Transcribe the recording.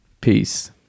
Peace